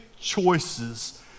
choices